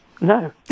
No